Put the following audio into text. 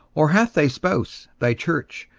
or hath thy spouse, thy church,